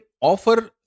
offer